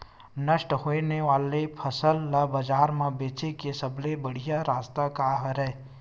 नष्ट होने वाला फसल ला बाजार मा बेचे के सबले बढ़िया रास्ता का हरे?